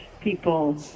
people